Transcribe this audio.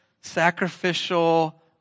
sacrificial